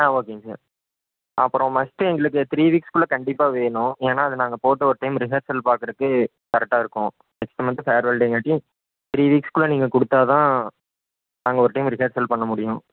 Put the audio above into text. ஆ ஓகேங்க சார் அப்புறம் மஸ்ட்டு எங்களுக்கு த்ரீ வீக்ஸ்க்குள்ளே கண்டிப்பாக வேணும் ஏன்னா அதை நாங்கள் போட்டு ஒரு டைம் ரிகர்சல் பார்க்கறக்கு கரெக்டாக இருக்கும் நெக்ஸ்ட் மந்த்து ஃபேரவல் டேங்காட்டி த்ரீ வீக்ஸ்க்குள்ளே நீங்கள் கொடுத்தாதான் நாங்கள் ஒரு டைம் ரிகர்சல் பண்ண முடியும்